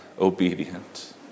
obedient